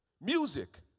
Music